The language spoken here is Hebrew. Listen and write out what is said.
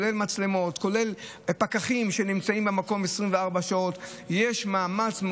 וכולם רואים את זה גם בחוש, שבמקומות שיש בהם ממשק